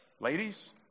ladies